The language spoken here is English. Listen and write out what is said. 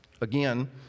Again